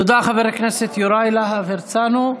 תודה, חבר הכנסת יוראי להב הרצנו.